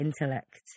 intellect